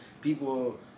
people